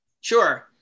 Sure